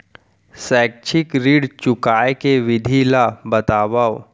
शैक्षिक ऋण चुकाए के विधि ला बतावव